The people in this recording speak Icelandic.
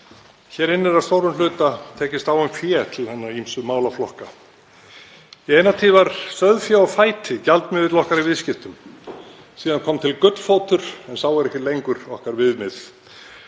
Hér inni er að stórum hluta tekist á um fé til hinna ýmsu málaflokka. Í eina tíð var sauðfé á fæti gjaldmiðill okkar í viðskiptum. Síðan kom til gullfótur, en sá er ekki lengur okkar viðmið.